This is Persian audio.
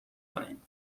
کنین